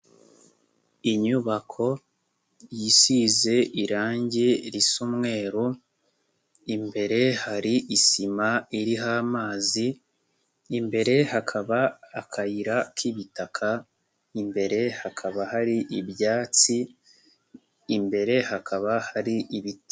Inyubako isize irangi risa umweru, imbere hari isima iriho amazi, imbere hakaba akayira k'ibitaka, imbere hakaba hari ibyatsi, imbere hakaba hari ibiti.